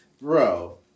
Bro